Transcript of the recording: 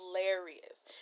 hilarious